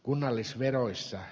kunnallisveroissa